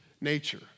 nature